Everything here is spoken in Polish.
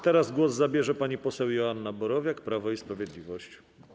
Teraz głos zabierze pani poseł Joanna Borowiak, Prawo i Sprawiedliwość.